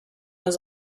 was